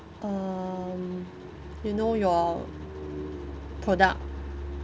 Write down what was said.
um you know your product